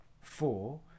Four